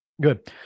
Good